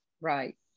right